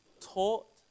taught